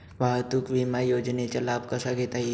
वाहतूक विमा योजनेचा लाभ कसा घेता येईल?